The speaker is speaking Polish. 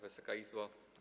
Wysoka Izbo!